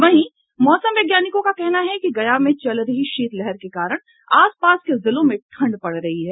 वहीं मौसम वैज्ञानिकों का कहना है कि गया में चल रही शीतलहर के कारण आस पास के जिलों में ठंड पड़ रही है